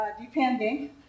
depending